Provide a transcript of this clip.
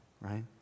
right